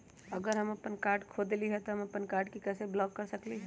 अगर हम अपन कार्ड खो देली ह त हम अपन कार्ड के कैसे ब्लॉक कर सकली ह?